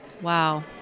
Wow